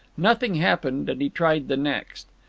nothing happened, and he tried the next.